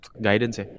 guidance